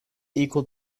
equal